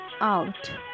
out